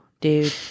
dude